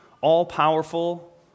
all-powerful